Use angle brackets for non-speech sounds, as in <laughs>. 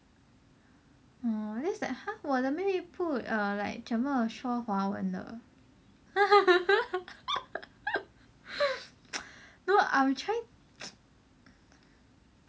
mm its like !huh! 我的妹妹不 err like 怎么说华文的 <laughs> no <noise> I was try <noise>